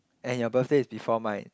and your birthday is before mine